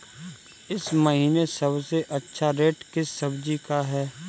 इस महीने सबसे अच्छा रेट किस सब्जी का है?